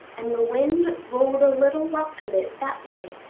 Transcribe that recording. and the wind rolled a little lock of it that way,